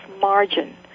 margin